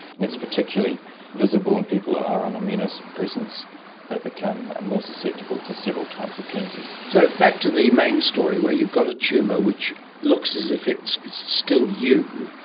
and particularly visible when people are are on immunosuppressants they become more susceptible to several types of cancers. so back to the main story where you've got a tumour which looks as if it's it's still you.